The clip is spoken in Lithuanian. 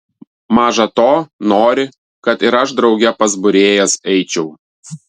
maža to nori kad ir aš drauge pas būrėjas eičiau